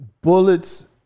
Bullets